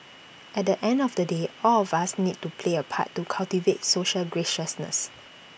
at the end of the day all of us need to play A part to cultivate social graciousness